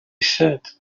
said